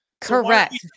Correct